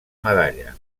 medalla